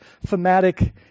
thematic